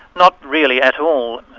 not really at all.